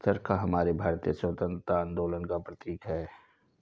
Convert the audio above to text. चरखा हमारे भारतीय स्वतंत्रता आंदोलन का प्रतीक है